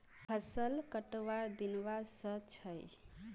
फसल कटवार दिन व स छ